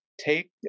take